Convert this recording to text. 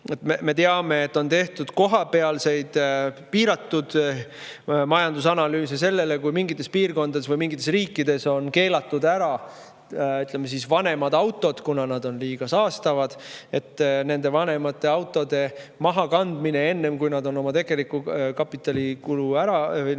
Me teame, et on tehtud kohapealseid piiratud majandusanalüüse, kui mingites piirkondades või mingites riikides on keelatud ära vanemad autod, kuna nad on liiga saastavad. Nende vanemate autode mahakandmine enne, kui nad on oma tegeliku kapitalikulu ära